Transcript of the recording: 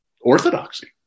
orthodoxy